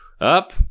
up